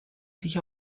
sich